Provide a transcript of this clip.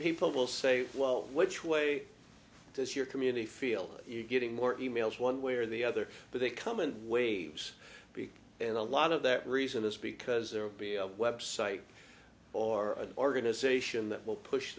people will say well which way does your community feel getting more e mails one way or the other but they come in waves big and a lot of that reason is because there will be a website or a organization that will push